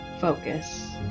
focus